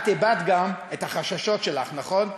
את הבעת גם את החששות שלך, נכון?